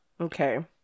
okay